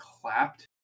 clapped